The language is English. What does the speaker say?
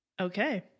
Okay